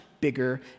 bigger